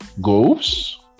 goals